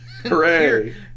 Hooray